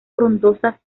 frondosas